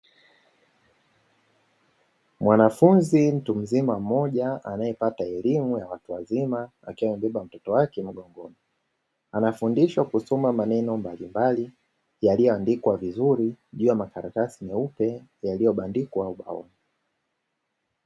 Mwanafunzi mtu mzima mmoja anaepata elimu ya watu wazima akiwa amebeba mtoto wake mgongoni, anafundishwa kusoma maneno mbalimbali yaliyoandikwa vizuri juu ya makaratasi meupe, yaliyobandikwa ubaoni.